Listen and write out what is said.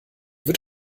wird